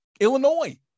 Illinois